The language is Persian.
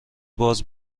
باز